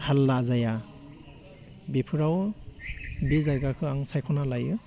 हाल्ला जाया बेफोराव बे जायगाखौ आं सायख'ना लायो